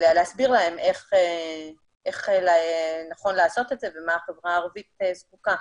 להסביר להם איך נכון לעשות את זה ולמה החברה הערבית זקוקה.